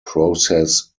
process